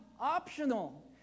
optional